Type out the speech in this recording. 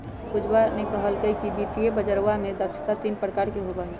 पूजवा ने कहल कई कि वित्तीय बजरवा में दक्षता तीन प्रकार के होबा हई